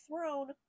throne